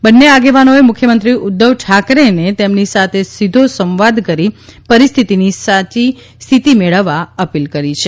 બંને આગેવાનોએ મુખ્યમંત્રી ઉદ્વવ ઠાકરેને તેમની સાથે સીધો સંવાદ કરી પરિસ્થિતીની સાચી મેળવવા અપીલ કરી છે